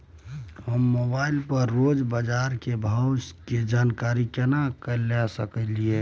हम मोबाइल पर रोज बाजार के भाव की जानकारी केना ले सकलियै?